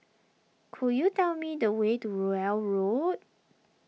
could you tell me the way to Rowell Road